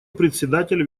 председатель